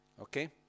Okay